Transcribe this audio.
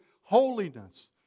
holiness